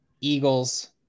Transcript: Eagles